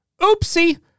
Oopsie